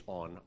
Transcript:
on